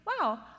wow